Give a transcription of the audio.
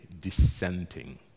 dissenting